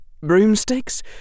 broomsticks